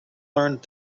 learned